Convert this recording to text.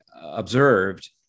observed